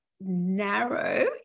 narrow